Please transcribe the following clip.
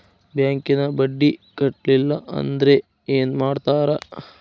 ಬ್ಯಾಂಕಿನ ಬಡ್ಡಿ ಕಟ್ಟಲಿಲ್ಲ ಅಂದ್ರೆ ಏನ್ ಮಾಡ್ತಾರ?